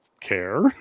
care